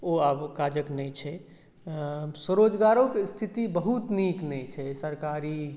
ओ आब काजक नहि छै स्वरोजगारोके स्थिति बहुत नीक नहि छै सरकारी